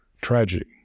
tragedy